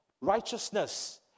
righteousness